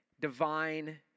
divine